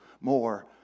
more